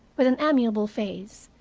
with an amiable face,